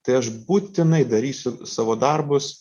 tai aš būtinai darysiu savo darbus